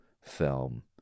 film